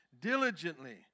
diligently